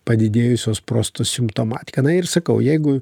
padidėjusios prostatos simptomatika na ir sakau jeigu